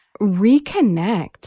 reconnect